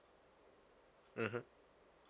mmhmm